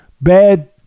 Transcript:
bad